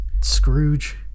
scrooge